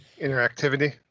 interactivity